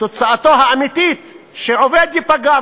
תוצאתו האמיתית שעובד ייפגע,